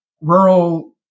rural